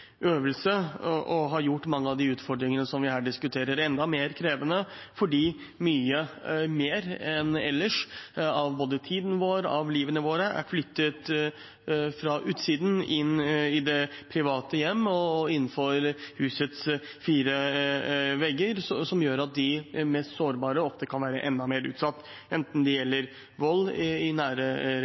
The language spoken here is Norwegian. en prøvelse og har gjort mange av de utfordringene vi her diskuterer, enda mer krevende fordi mye mer enn ellers av både tiden vår og livet vårt er flyttet fra utsiden og inn i det private hjem innenfor husets fire vegger, noe som gjør at de mest sårbare ofte kan være enda mer utsatt, enten det gjelder vold i nære